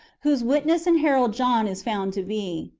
whose witness and herald john is found to be.